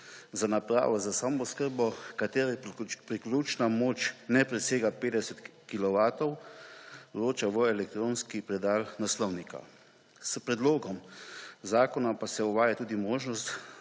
za napravo za samooskrbo, katere priključna moč ne presega 50 kilovatov, vroča v elektronski predal naslovnika. S predlogom zakona pa se uvaja tudi možnost